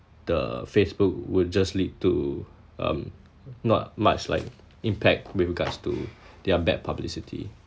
the Facebook would just lead to um not much like impact with regards to their bad publicity